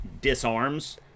disarms